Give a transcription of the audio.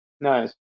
Nice